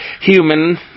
human